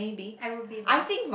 I will be last